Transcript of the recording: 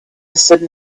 sudden